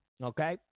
Okay